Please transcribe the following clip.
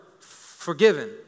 Forgiven